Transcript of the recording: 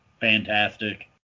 fantastic